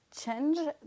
change